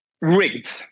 rigged